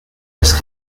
سيارة